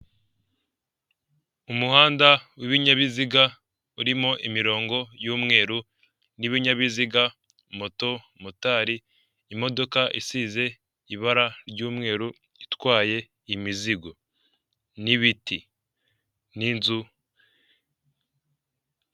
Umuhanda w'ibinyabiziga urimo imirongo y'umweru n'ibinyabiziga; moto, motari, imodoka isize ibara ry'umweru itwaye imizigo, n'ibiti, n'inzu.